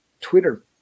Twitter